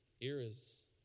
eras